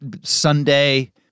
Sunday